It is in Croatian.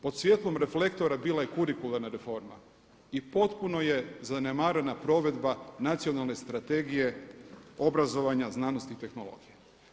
Pod svjetlom reflektora bila je kurikularna reforma i potpuno je zanemarena provedba Nacionalne strategije obrazovanja, znanosti i tehnologije.